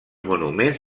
monuments